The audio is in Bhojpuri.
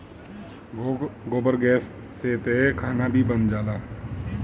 गोबर गैस से तअ खाना भी बन जाला